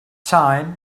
time